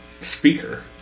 speaker